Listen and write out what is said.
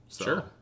Sure